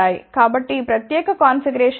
కాబట్టి ఈ ప్రత్యేక కాన్ఫిగరేషన్ ఏమిటి